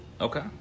Okay